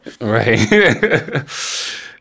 Right